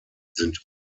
sind